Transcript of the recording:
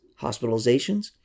hospitalizations